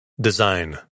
Design